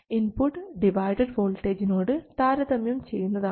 input divided വോൾട്ടേജിനോട് താരതമ്യം ചെയ്യുന്നതാണ്